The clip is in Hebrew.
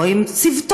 או עם צוותו,